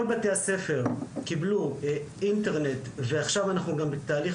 כל בתי הספר קיבלו אינטרנט ועכשיו אנחנו גם בתהליך